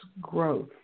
growth